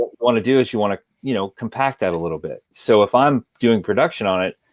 want to do is you want to you know compact that a little bit. so if i'm doing production on it,